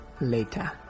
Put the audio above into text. later